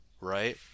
right